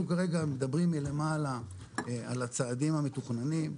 אנחנו כרגע מדברים מלמעלה על הצעדים המתוכננים,